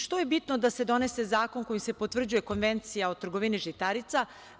Što je bitno da se donese zakonom kojim se potvrđuje Konvencija o trgovini žitarica?